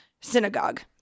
Synagogue